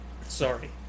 sorry